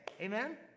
Amen